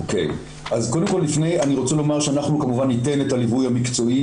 אני רוצה לומר שאנחנו כמובן ניתן את הליווי המקצועי